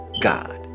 God